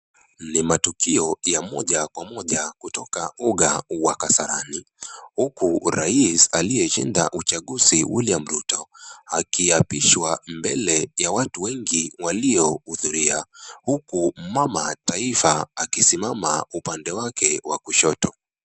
Ni matukio ya moja kwa moja kutoka uga wa Kasarani. Huku rais aliyeshinda uchaguzi William Ruto akiapishwa mbele ya watu wengi walio hudhuria. Huku mama taifa akisimama upande wake wa kushoto.